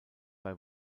bei